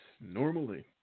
Normally